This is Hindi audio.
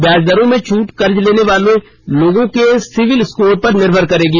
ब्याज दरों में छूट कर्ज लेने वाले लोगों के सिबिल स्कोर पर निर्भर करेगी